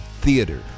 theater